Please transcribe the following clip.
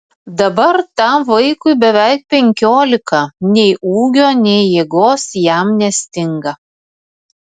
dabar tam vaikui beveik penkiolika nei ūgio nei jėgos jam nestinga